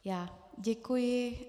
Já děkuji.